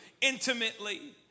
intimately